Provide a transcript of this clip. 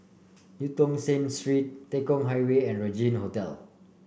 Eu Tong Sen Street Tekong Highway and Regin Hotel